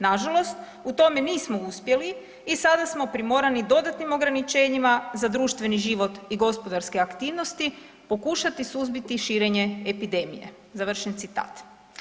Nažalost u tome nismo uspjeli i sada smo primorani dodatnim ograničenjima za društveni život i gospodarske aktivnosti pokušati suzbiti širenje epidemije.“ Završen citat.